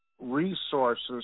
resources